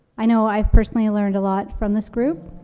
i know i've personally learned a lot from this group.